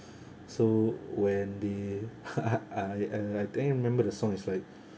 so when they I uh I think I remembered the song is like